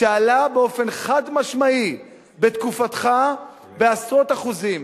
שעלה באופן חד-משמעי בתקופתך בעשרות אחוזים?